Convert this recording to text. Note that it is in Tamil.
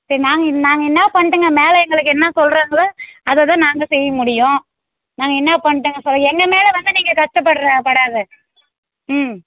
சரி நாங்கள் நாங்கள் என்ன பண்ணுட்டுங்க மேலே எங்களுக்கு என்ன சொல்கிறாங்களோ அதை தான் நாங்கள் செய்ய முடியும் நாங்கள் என்ன பண்ணுட்டுங்க சொ எங்கள் மேலே வந்து நீங்கள் கஷ்ட படுர படாதே ம்